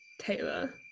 Taylor